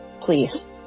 please